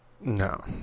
No